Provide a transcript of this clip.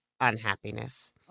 unhappiness